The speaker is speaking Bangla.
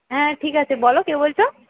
হ্যাঁ ঠিক আছে বলো কে বলছো